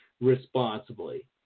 responsibly